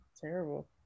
terrible